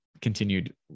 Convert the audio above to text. continued